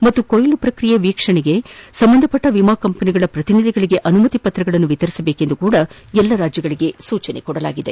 ಮತ್ತು ಕೊಯ್ಲು ಪ್ರಕ್ರಿಯೆ ವೀಕ್ಷಣೆಗಾಗಿ ಸಂಬಂಧಿತ ವಿಮಾ ಕಂಪನಿಗಳ ಪ್ರತಿನಿಧಿಗಳಿಗೆ ಅನುಮತಿ ಪತ್ರಗಳನ್ನು ವಿತರಿಸಬೇಕು ಎಂದು ಸಹ ಎಲ್ಲ ರಾಜ್ಯಗಳಿಗೆ ಸೂಚಿಸಲಾಗಿದೆ